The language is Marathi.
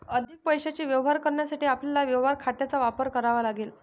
अधिक पैशाचे व्यवहार करण्यासाठी आपल्याला व्यवहार खात्यांचा वापर करावा लागेल